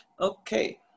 okay